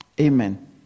Amen